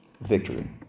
Victory